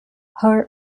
her